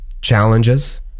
challenges